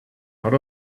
out